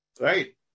right